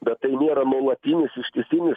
bet tai nėra nuolatinis ištisinis